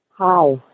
Hi